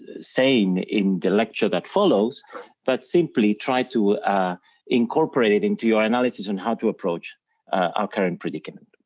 saying in the lecture that follows but simply try to incorporate it into your analysis on how to approach our current predicament.